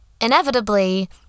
inevitably